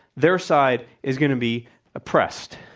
their side is going to be oppressed.